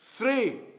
Three